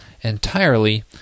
entirely